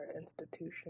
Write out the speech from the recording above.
institution